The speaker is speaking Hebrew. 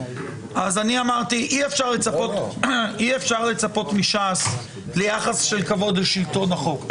אמרתי שאי-אפשר לצפות מש"ס ליחס של כבוד לשלטון החוק,